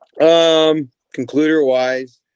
Concluder-wise